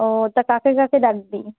ও তা কাকে কাকে ডাকবি